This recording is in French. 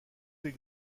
des